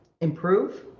improve